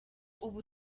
ubu